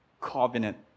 Covenant